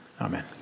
Amen